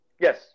Yes